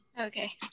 Okay